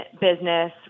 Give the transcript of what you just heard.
business